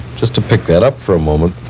just to pick that up for a moment,